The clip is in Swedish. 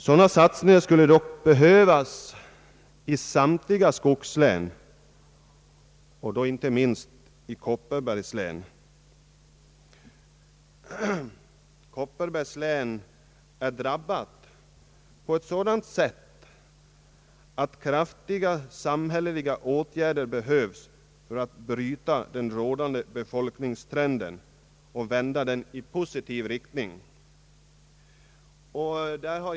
Sådana satsningar skulle dock behövas i samtliga skogslän, inte minst i Kopparbergs län. Detta län är drabbat så allvarligt att kraftiga samhälleliga åtgärder behövs för att bryta den rådande befolkningstrenden och vända den i positiv riktning.